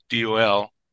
DOL